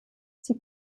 sie